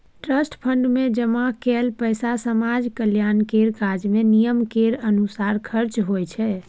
trust fund मे जमा कएल पैसा समाज कल्याण केर काज मे नियम केर अनुसार खर्च होइ छै